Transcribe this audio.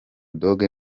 dogg